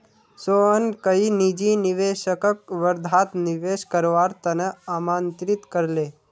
सोहन कईल निजी निवेशकक वर्धात निवेश करवार त न आमंत्रित कर ले